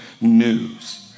news